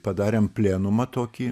padarėm plenumą tokį